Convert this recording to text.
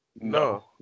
No